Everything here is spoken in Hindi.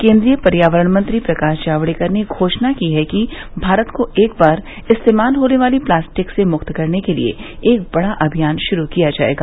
केन्द्रीय पर्यावरण मंत्री प्रकाश जावड़ेकर ने घोषणा की है कि भारत को एक बार इस्तेमाल होने वाली प्लास्टिक से मुक्त करने के लिए एक बड़ा अभियान शुरू किया जायेगा